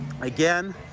again